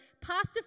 Pastor